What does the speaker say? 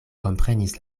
komprenas